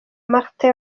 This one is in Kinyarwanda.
martin